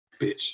bitch